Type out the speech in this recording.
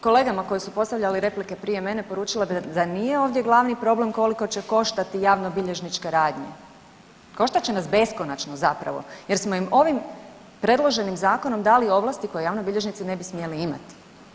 Kolegama koji su postavljali replike prije mene poručila bih da nije ovdje glavni problem koliko će koštati javnobilježničke radnje, koštat će nas beskonačno zapravo jer smo im ovim predloženim zakonom dali ovlasti koje javni bilježnici ne bi smjeli imati.